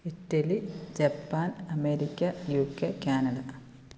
Italy Japan America U K Canada